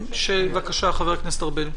בבקשה, חבר הכנסת ארבל.